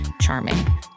charming